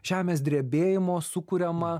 žemės drebėjimo sukuriamą